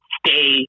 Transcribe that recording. stay